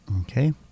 Okay